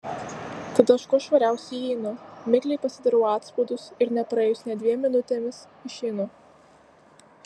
tada aš kuo švariausiai įeinu mikliai pasidarau atspaudus ir nepraėjus nė dviem minutėms išeinu